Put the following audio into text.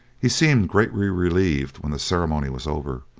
he seemed greatly relieved when the ceremony was over,